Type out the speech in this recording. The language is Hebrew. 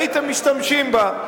הייתם משתמשים בה,